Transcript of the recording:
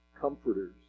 comforters